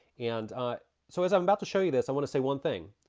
and so as i'm about to show you this i wanna say one thing.